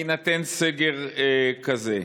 אלא בקורונה בהינתן סגר כזה.